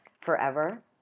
forever